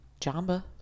Jamba